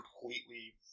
completely